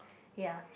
ya